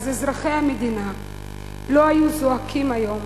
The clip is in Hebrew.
אז אזרחי המדינה לא היו זועקים היום